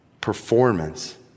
performance